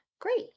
great